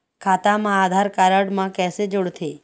खाता मा आधार कारड मा कैसे जोड़थे?